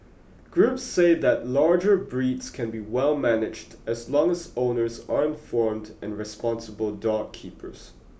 groups say that larger breeds can be well managed as long as owners are informed and responsible dog keepers